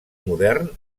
modern